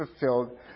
fulfilled